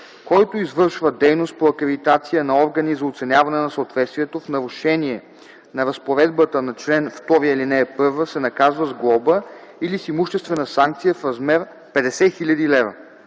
Който извършва дейност по акредитация на органи за оценяване на съответствието в нарушение на разпоредбата на чл. 2, ал. 1, се наказва с глоба или с имуществена санкция в размер 50 000 лв.”